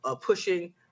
pushing